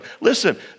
Listen